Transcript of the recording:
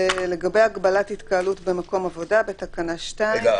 לגבי הגבלת התקהלות במקום עבודה בתקנה 2 --- רגע,